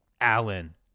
Alan